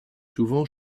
souvent